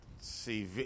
see